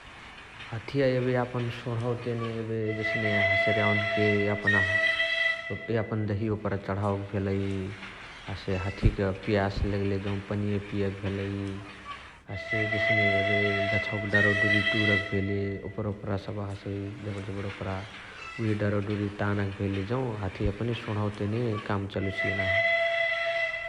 हथिया एबे यापन सोण्हवा तेने एबे जस्ने हसारीयाउन्के यापन्, यापन दहिया ओपरा चण्हाओके भेलइ, हसे हथिक पियास लगले जौ पनिय पियके भेलइ । हसे जस्ने एबे गछओक डरवा डुरिय टुरके भेले, ओपरा ओपरा सबह हसइ । जबण जबण ओपरा उहे डरवा डुरिय तानके भेले जौ हथिय एपने सोण्हवा तेने काम चलोसिय नाही ।